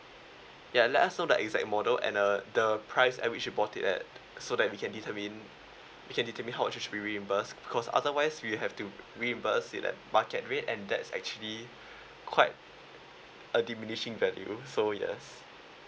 ya let us know the exact model and uh the price at which you bought it at so that we can determine we can determine how much you should be reimbursed because otherwise we have to reimburse it at market rate and that's actually quite a diminishing value so yes